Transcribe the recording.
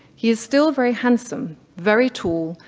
he is still very handsome, very tall,